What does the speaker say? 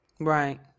Right